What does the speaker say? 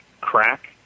crack